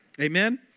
Amen